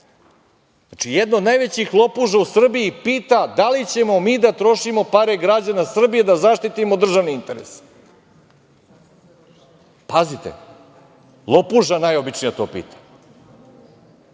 Znači, jedna od najvećih lopuža u Srbiji pita da li ćemo mi da trošimo pare građana Srbije da zaštitimo državni interes. Pazite, lopuža najobičnija to pita.